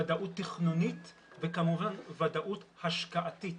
ודאות תכנונית וכמובן ודאות השקעתית.